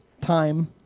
time